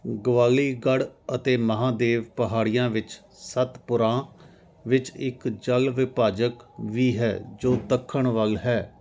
ਗਵਾਲੀਗੜ੍ਹ ਅਤੇ ਮਹਾਦੇਵ ਪਹਾੜੀਆਂ ਵਿੱਚ ਸਤਪੁੜਾ ਵਿੱਚ ਇੱਕ ਜਲ ਵਿਭਾਜਕ ਵੀ ਹੈ ਜੋ ਦੱਖਣ ਵੱਲ ਹੈ